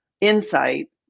insight